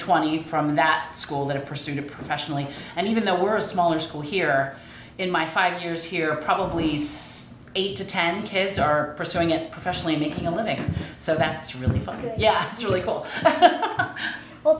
twenty from that school that are pursued professionally and even the worst smaller school here in my five years here probably eight to ten kids are pursuing it professionally making a living so that's really funny yeah that's really cool